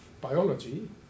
biology